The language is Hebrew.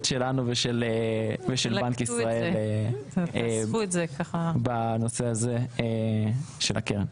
שלנו ושל בנק ישראל בנושא הזה של הקרן.